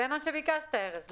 זה מה שביקשת, ארז.